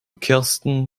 kirsten